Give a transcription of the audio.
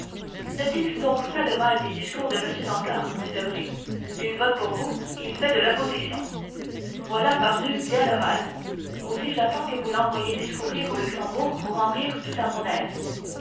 ne dites donc pas de mal des discours de m danglars dit debray il vote pour vous il fait de l'opposition voilà pardieu bien le mal aussi j'attends que vous l'envoyiez discourir au luxembourg pour en rire tout à mon aise